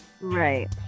Right